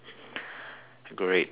great